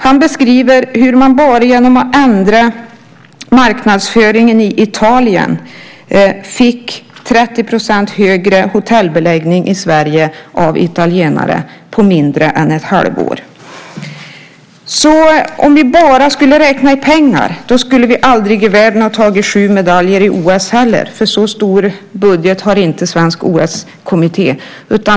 Han beskriver hur man bara genom att ändra marknadsföringen i Italien fick 30 % högre hotellbeläggning i Sverige av italienare på mindre än ett halvår. Om vi bara skulle räkna i pengar skulle vi aldrig i världen ha tagit sju medaljer i OS heller, för så stor budget har inte svensk OS-kommitté.